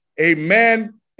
Amen